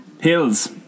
Hills